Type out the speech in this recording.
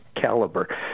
caliber